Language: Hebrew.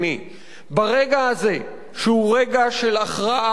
ברגע הזה שהוא רגע של הכרעה היסטורית,